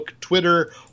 twitter